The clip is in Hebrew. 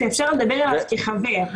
שאפשר לדבר אליו כחבר,